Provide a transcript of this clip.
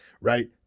right